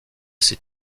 ses